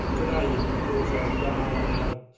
today, you can cruise out of darwin, out of,